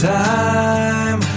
time